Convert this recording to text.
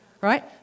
right